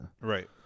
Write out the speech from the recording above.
Right